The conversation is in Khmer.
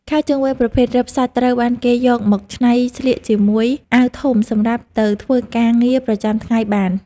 ខោជើងវែងប្រភេទរឹបសាច់ត្រូវបានគេយកមកច្នៃស្លៀកជាមួយអាវធំសម្រាប់ទៅធ្វើការងារប្រចាំថ្ងៃបាន។